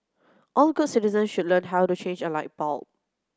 all good citizen should learn how to change a light bulb